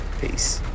Peace